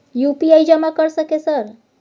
UPI जमा कर सके सर?